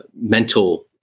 mental